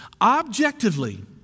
objectively